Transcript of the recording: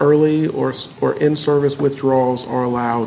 early or or in service withdrawals are allowed